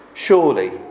Surely